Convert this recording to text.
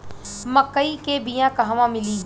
मक्कई के बिया क़हवा मिली?